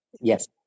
Yes